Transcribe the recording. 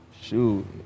Shoot